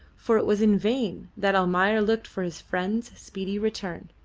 for it was in vain that almayer looked for his friend's speedy return.